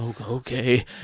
Okay